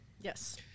Yes